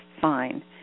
fine